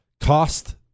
cost